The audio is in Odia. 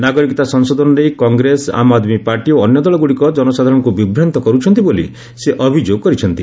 ନାଗରିକତା ସଂଶୋଧନ ନେଇ କଂଗ୍ରେସ ଆମ୍ ଆଦ୍ମୀ ପାର୍ଟି ଓ ଅନ୍ୟ ଦଳଗୁଡ଼ିକ କନସାଧାରଣଙ୍କୁ ବିଭ୍ରାନ୍ତ କରୁଛନ୍ତି ବୋଲି ସେ ଅଭିଯୋଗ କରିଛନ୍ତି